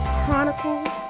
Chronicles